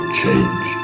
change